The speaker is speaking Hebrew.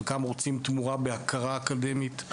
חלקם רוצים תמורה בהכרה אקדמית.